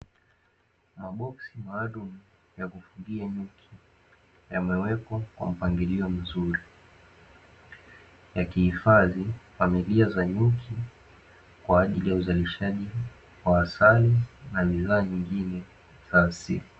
Maboksi maalumu ya kufugia nyuki, yamewekwa kwa mpangilio mzuri, yakihifadhi familia za nyuki kwa ajili ya uzalishaji wa asali na bidhaa nyingine za asili.